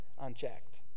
unchecked